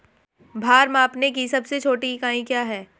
भार मापने की सबसे छोटी इकाई क्या है?